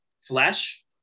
flesh